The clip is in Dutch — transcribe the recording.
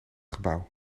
gebouw